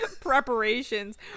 preparations